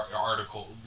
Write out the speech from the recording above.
article